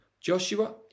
Joshua